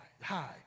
high